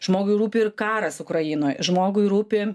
žmogui rūpi ir karas ukrainoj žmogui rūpi